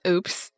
Oops